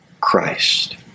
Christ